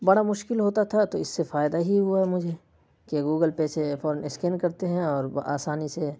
بڑا مشکل ہوتا تھا تو اس سے فائدہ ہی ہوا ہے مجھے کہ گوگل پے سے فوراً اسکین کرتے ہیں اور بآسانی سے